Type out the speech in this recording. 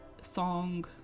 song